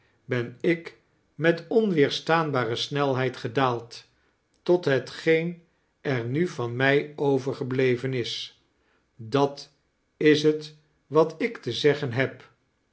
ban ik met onweerstaanbare snelheid gedaald tot hetgeen er nu van mij overgebleven is dat is t wat ik te zeggen heb